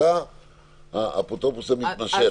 אתה האפוטרופוס המתמשך.